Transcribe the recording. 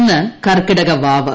ഇന്ന് കർക്കിടകവാവ്